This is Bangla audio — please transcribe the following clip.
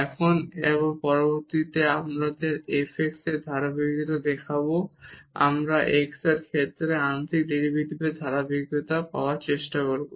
এখন এবং পরবর্তীতে আমরা এই f x এর ধারাবাহিকতা দেখাব আমরা x এর ক্ষেত্রে আংশিক ডেরিভেটিভের ধারাবাহিকতা পাওয়ার চেষ্টা করব